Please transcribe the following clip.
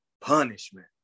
punishment